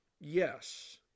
Yes